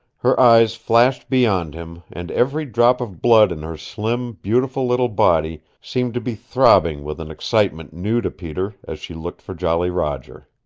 her eyes flashed beyond him, and every drop of blood in her slim, beautiful little body seemed to be throbbing with an excitement new to peter as she looked for jolly roger.